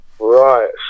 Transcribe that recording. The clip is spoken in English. right